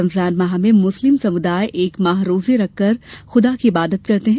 रमजान माह में मुस्लिम समुदाय एक माह रोजे रखकर खुदा की इबादत करते हैं